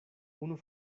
unu